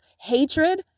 hatred